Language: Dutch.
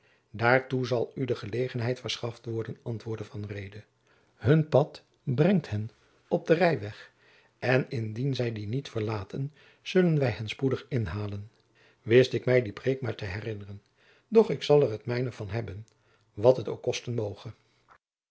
daartoe zal u de gelegenheid verschaft worden antwoordde van reede hun pad brengt hen op den rijweg en indien zij dien niet verlaten zullen wij hen spoedig inhalen wist ik mij die preêk maar te herinneren doch ik zal er het mijne van hebben wat het ook kosten moge